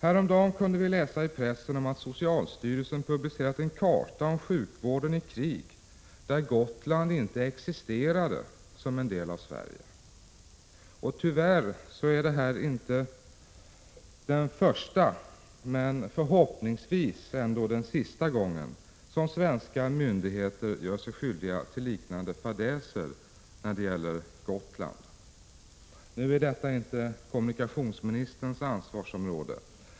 Häromdagen kunde vi läsa i pressen att socialstyrelsen publicerat en karta med fakta om sjukvården i krig där Gotland inte existerade som en del av Sverige. Tyvärr är det inte första gången — men förhoppningsvis är det ändå sista gången — som svenska myndigheter gör sig skyldiga till liknande fadäser när det gäller Gotland. Nu är detta inte kommunikationsministerns ansvarsområde.